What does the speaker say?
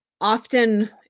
often